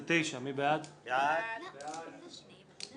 הצבעה בעד הרביזיה על סעיף 47 6 נגד,